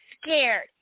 scared